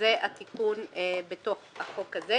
זה התיקון בתוך החוק הזה.